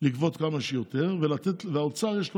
לגבות כמה שיותר, וגם לאוצר יש עניין,